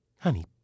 Honey